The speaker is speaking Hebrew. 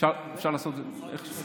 אני מוכן להסתפק בתשובה.